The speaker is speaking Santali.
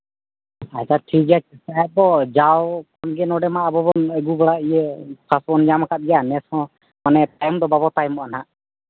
ᱟᱪᱪᱷᱟ ᱴᱷᱤᱠ ᱜᱮᱭᱟ ᱦᱮᱸ ᱛᱚ ᱡᱟᱣ ᱠᱷᱚᱱᱜᱮ ᱱᱚᱰᱮ ᱢᱟ ᱟᱵᱚ ᱵᱚᱱ ᱟᱹᱜᱩ ᱵᱟᱲᱟ ᱤᱭᱟᱹ ᱠᱟᱯ ᱵᱚᱱ ᱧᱟᱢ ᱠᱟᱜ ᱜᱮᱭᱟ ᱱᱮᱥ ᱦᱚᱸ ᱢᱟᱱᱮ ᱛᱟᱭᱚᱢ ᱫᱚ ᱵᱟᱵᱚᱱ ᱛᱟᱭᱚᱢᱚᱜᱼᱟ ᱦᱟᱸᱜ